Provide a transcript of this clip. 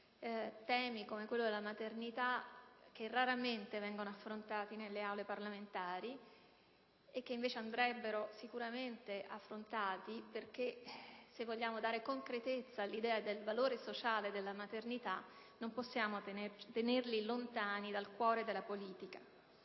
temi, come quello della maternità, che raramente vengono affrontati nelle Aule parlamentari e che invece dovrebbero essere senz'altro esaminati. Infatti, se vogliamo dare concretezza all'idea del valore sociale della maternità, non possiamo tenerli lontani dal cuore della politica.